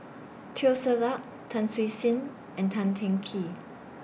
Teo Ser Luck Tan Siew Sin and Tan Teng Kee